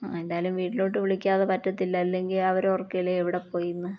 ആ എന്തായാലും വീട്ടിലോട്ട് വിളിക്കാതെ പറ്റത്തില്ല അല്ലെങ്കിൽ അവർ ഓർക്കില്ലേ എവിടെ പോയി എന്ന്